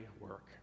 work